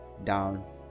down